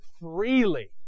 freely